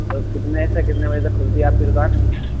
اور کتنے سے کتنے بجے تک کُھلتی ہے آپ کی دُکان